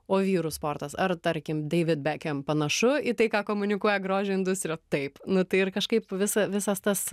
o vyrų sportas ar tarkim david beckham panašu į tai ką komunikuoja grožio industrija taip nu tai ir kažkaip visa visas tas